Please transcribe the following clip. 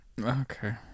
okay